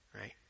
right